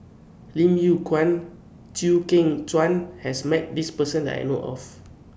Lim Yew Kuan and Chew Kheng Chuan has Met This Person that I know of